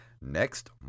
next